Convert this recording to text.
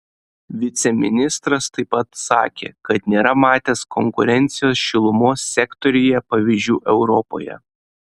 viceministras taip pat sakė kad nėra matęs konkurencijos šilumos sektoriuje pavyzdžių europoje